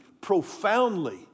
profoundly